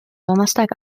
donnerstag